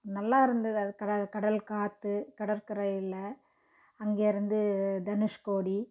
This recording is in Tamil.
நல்லாயிருந்துது அது கட கடல் காற்று கடற்கரையில் அங்கேயிருந்து தனுஷ்கோடி